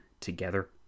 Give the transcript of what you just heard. together